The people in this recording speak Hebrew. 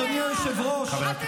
אדוני היושב-ראש,